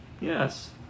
Yes